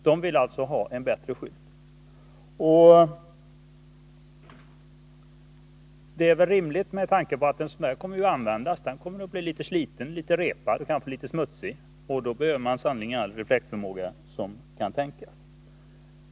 De vill alltså ha ett bättre skydd, och det är väl rimligt, med tanke på att LGF-skylten kommer att användas. Den kommer att bli sliten, kanske litet repad och smutsig, och då behövs sannerligen hela den reflexförmåga som kan tänkas.